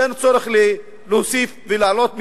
אין צורך להוסיף ולהעלות מחדש.